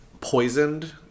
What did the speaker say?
poisoned